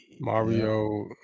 Mario